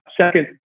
second